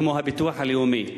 כמו הביטוח הלאומי.